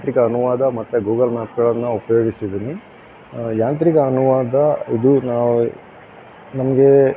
ಯಾಂತ್ರಿಕ ಅನುವಾದ ಮತ್ತೆ ಗೂಗಲ್ ಮ್ಯಾಪ್ಗಳನ್ನು ಉಪಯೋಗಿಸಿದ್ದೀನಿ ಯಾಂತ್ರಿಕ ಅನುವಾದ ಇದು ನಾವು ನಮಗೆ